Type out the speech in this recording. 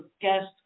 guest